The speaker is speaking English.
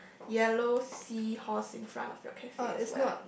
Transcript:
yellow seahorse in front of your cafe as well